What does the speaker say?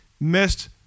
missed